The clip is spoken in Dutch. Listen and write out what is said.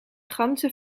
ganzen